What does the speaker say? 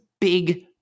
big